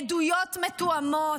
עדויות מתואמות.